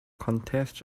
contests